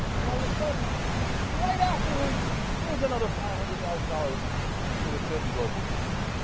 and all of a sudden right afterwards here is another five hundred thousand dollars to the clinton global initiative.